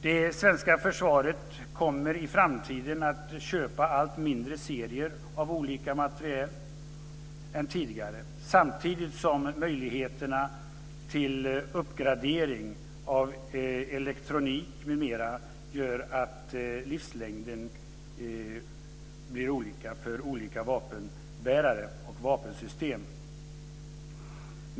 Det svenska försvaret kommer i framtiden att köpa allt mindre serier av olika materiel än tidigare samtidigt som möjligheterna till uppgradering av elektronik m.m. gör att livslängden blir olika för olika vapenbärare och vapensystem.